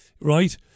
right